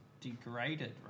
degraded